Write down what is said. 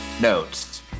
notes